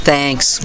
Thanks